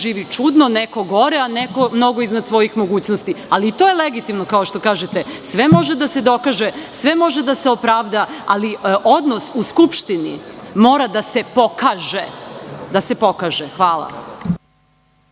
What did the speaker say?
živi čudno, neko gore, a neko mnogo iznad svojih mogućnosti, ali i to je legitimno kao što kažete, sve može da se dokaže, sve može da se opravda, ali odnos u Skupštini mora da se pokaže. Hvala.